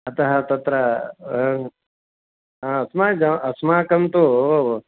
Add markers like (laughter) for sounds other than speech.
अतः तत्र (unintelligible) अस्माकं अस्माकं तु